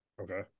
Okay